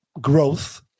growth